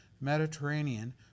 Mediterranean